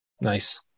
Nice